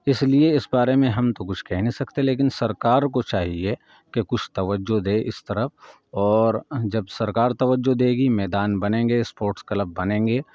اس لیے اس بارے میں ہم تو کچھ کہہ نہیں سکتے لیکن سرکار کو چاہیے کہ کچھ توجہ دے اس طرف اور جب سرکار توجہ دے گی میدان بنیں گے اسپورٹس کلب بنیں گے